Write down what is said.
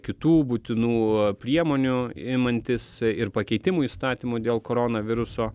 kitų būtinų priemonių imantis ir pakeitimų įstatymo dėl corona viruso